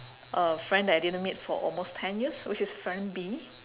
a friend that I didn't meet for almost ten years which is friend B